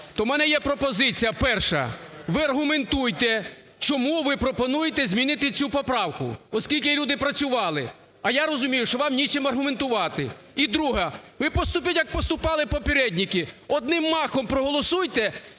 То в мене є пропозиція перша: ви аргументуйте, чому ви пропонуєте змінити цю поправку, оскільки люди працювали. А я розумію, що вам нічим аргументувати. І друге. Ви поступіть, як поступали "попєрєдніки": одним махом проголосуйте